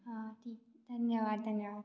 हाँ ठीक धन्यवाद धन्यवाद